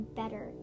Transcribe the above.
better